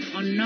on